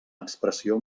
expressió